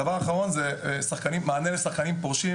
דבר אחרון הוא מענה לשחקנים פורשים,